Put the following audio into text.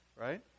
right